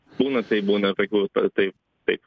būna taip būna tokių taip taip